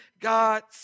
God's